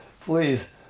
please